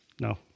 No